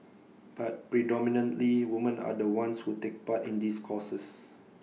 but predominantly women are the ones who take part in these courses